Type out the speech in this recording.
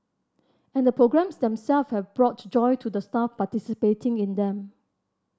and the programmes themselves have brought joy to the staff participating in them